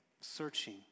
searching